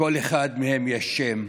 לכל אחד מהם יש שם,